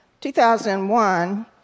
2001